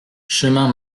chemin